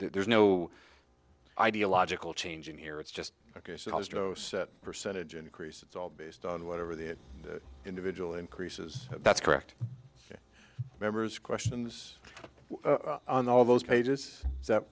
there's no ideological change in here it's just ok so that percentage increase it's all based on whatever the individual increases that's correct members questions on all those pages